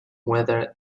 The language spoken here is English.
whether